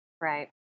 Right